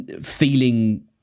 feeling